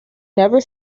never